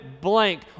blank